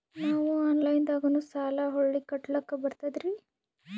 ನಾವು ಆನಲೈನದಾಗು ಸಾಲ ಹೊಳ್ಳಿ ಕಟ್ಕೋಲಕ್ಕ ಬರ್ತದ್ರಿ?